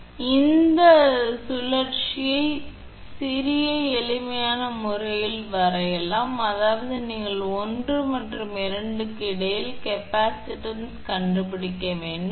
எனவே இந்த சுற்று இந்த சுழற்சியை சிறிய எளிமையான முறையில் வரையலாம் அதாவது நீங்கள் 1 மற்றும் 2 க்கு இடையில் கெப்பாசிட்டன்ஸ் கண்டுபிடிக்க வேண்டும்